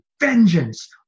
vengeance